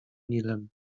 nilem